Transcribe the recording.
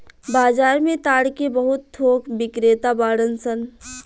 बाजार में ताड़ के बहुत थोक बिक्रेता बाड़न सन